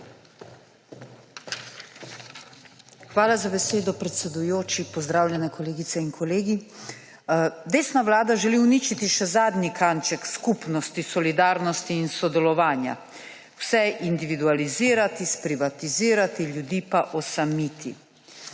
Hvala za besedo, predsedujoči. Pozdravljene kolegice in kolegi! Desna vlada želi uničiti še zadnji kanček skupnosti, solidarnosti in sodelovanja. Vse individualizirati, sprivatizirati, ljudi pa osamiti.